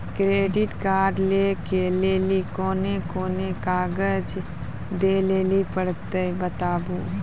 Credit card लै के लेली कोने कोने कागज दे लेली पड़त बताबू?